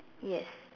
yes